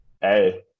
Hey